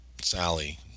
Sally